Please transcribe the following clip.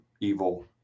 evil